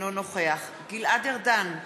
אינו נוכח גלעד ארדן,